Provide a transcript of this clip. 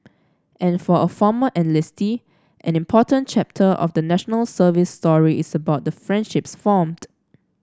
and for a former enlistee an important chapter of the National Service story is about the friendships formed